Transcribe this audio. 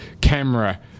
camera